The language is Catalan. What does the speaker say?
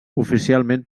oficialment